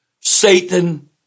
Satan